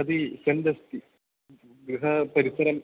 कति षण् अस्ति गृहपरिसरः